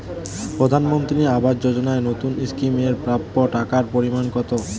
প্রধানমন্ত্রী আবাস যোজনায় নতুন স্কিম এর প্রাপ্য টাকার পরিমান কত?